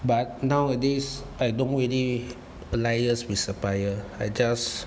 but nowadays I don't really alias with supplier I just